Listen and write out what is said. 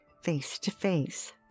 face-to-face